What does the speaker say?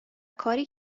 کاری